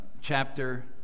chapter